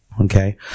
Okay